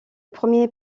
premier